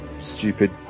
stupid